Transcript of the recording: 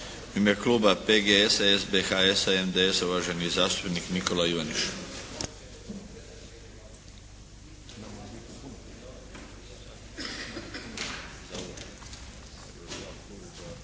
U ime kluba PGS-a, SBHS-a, MDS-a, uvaženi zastupnik Nikola Ivaniš.